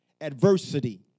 adversity